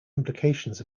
implications